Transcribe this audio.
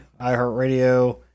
iHeartRadio